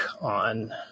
on